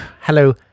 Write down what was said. Hello